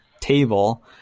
table